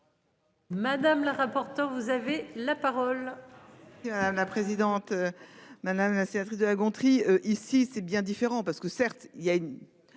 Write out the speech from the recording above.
Madame la rapporteure. Vous avez la parole. La présidente. Madame la sénatrice de La Gontrie. Ici c'est bien différent parce que certes il y a une